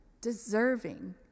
deserving